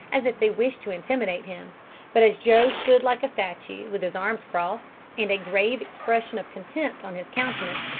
as if they wished to intimidate him but as joe stood like a statue, with his arms crossed, and a grave expression of contempt on his countenance,